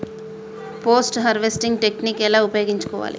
Post harvesting technique ఎలా ఉపయోగించుకోవాలి?